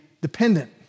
dependent